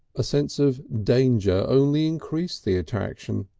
a sense of danger only increased the attraction.